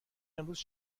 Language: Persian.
امروز